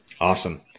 Awesome